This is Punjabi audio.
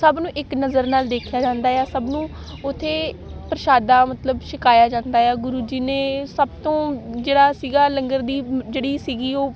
ਸਭ ਨੂੰ ਇੱਕ ਨਜ਼ਰ ਨਾਲ ਦੇਖਿਆ ਜਾਂਦਾ ਆ ਸਭ ਨੂੰ ਉੱਥੇ ਪ੍ਰਸ਼ਾਦਾ ਮਤਲਬ ਛਕਾਇਆ ਜਾਂਦਾ ਆ ਗੁਰੂ ਜੀ ਨੇ ਸਭ ਤੋਂ ਜਿਹੜਾ ਸੀਗਾ ਲੰਗਰ ਦੀ ਜਿਹੜੀ ਸੀਗੀ ਉਹ